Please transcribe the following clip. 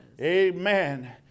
Amen